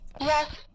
Yes